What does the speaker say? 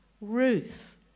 Ruth